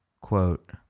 quote